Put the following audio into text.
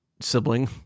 sibling